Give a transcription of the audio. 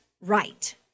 right